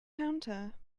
counter